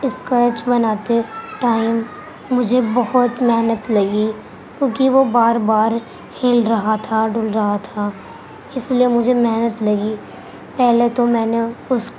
sketch بناتے time مجھے بہت محنت لگی کیونکہ وہ بار بار ہل رہا تھا ڈل رہا تھا اس لیے مجھے محنت لگی پہلے تو میں نے اس